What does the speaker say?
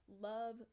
love